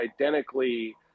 identically